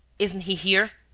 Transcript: isn't he here?